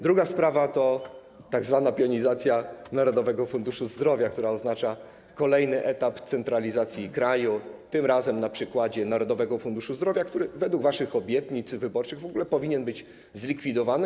Druga sprawa to tzw. pionizacja Narodowego Funduszu Zdrowia, która oznacza kolejny etap centralizacji kraju, tym razem na przykładzie Narodowego Funduszu Zdrowia, który według waszych obietnic wyborczych w ogóle powinien być zlikwidowany.